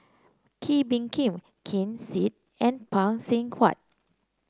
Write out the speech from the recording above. Kee Bee Khim Ken Seet and Phay Seng Whatt